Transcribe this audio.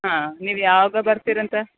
ಹಾಂ ನೀವು ಯಾವಾಗ ಬರ್ತೀರಂತ